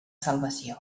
salvació